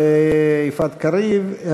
יפעת קריב.